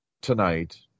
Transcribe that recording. tonight